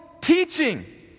teaching